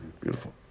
Beautiful